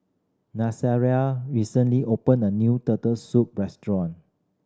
recently open a new Turtle Soup restaurant